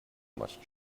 much